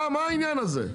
מה העניין הזה?